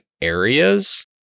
areas